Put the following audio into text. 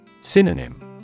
Synonym